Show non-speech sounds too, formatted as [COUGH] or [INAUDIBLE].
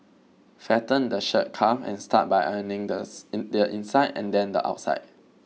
flatten the shirt cuff and start by ironing this [UNINTELLIGIBLE] the inside and then the outside